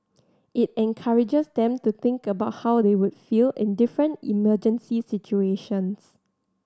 it encourages them to think about how they would feel in different emergency situations